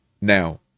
Now